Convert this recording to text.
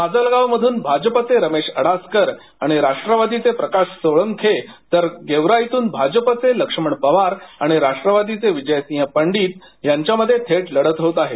माजलगावमधून भाजपाचे रमेश अडासकर आणि राष्ट्रवादीचे प्रकाश सोळंखे तर गेवराईतून भाजपाचे लक्ष्मण पवार आणि राष्ट्रवादीचे विजयसिंह पंडीत यांच्यामध्ये थेट लढत होत आहे